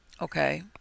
Okay